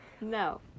no